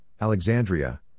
Alexandria